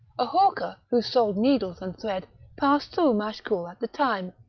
a hawker who sold needles and thread passed through machecoul at the time,